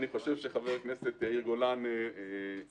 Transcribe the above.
אני חושב שחבר הכנסת יאיר גולן --- חברי,